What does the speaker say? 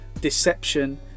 deception